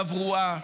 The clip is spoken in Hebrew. תברואה,